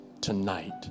tonight